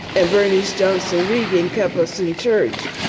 and bernice johnson reagon kept us in church.